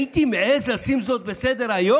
הייתי מעז לשים זאת בסדר-היום?